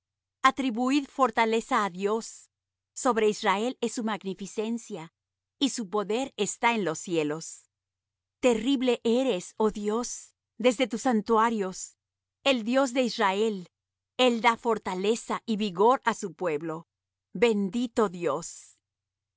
atribuid fortaleza á dios sobre israel es su magnificencia y su poder está en los cielos terrible eres oh dios desde tus santuarios el dios de israel él da fortaleza y vigor á su pueblo bendito dios